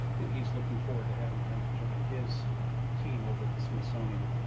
and he's looking forward to having brenda join his team over at the smithsonian.